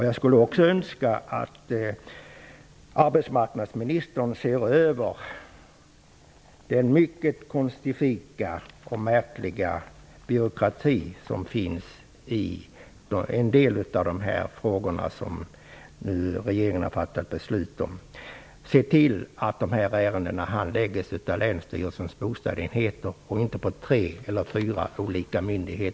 Jag skulle också önska att arbetsmarknadsministern ville se över den mycket konstifika och märkliga byråkrati som finns i en del av de sammanhang som regeringen nu har fattat beslut om och sörja för att dessa ärenden handläggs av länsstyrelsernas bostadsenheter och inte på tre eller fyra olika myndigheter.